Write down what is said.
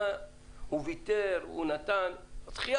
הוא ויתר, הוא נתן.